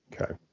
Okay